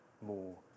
more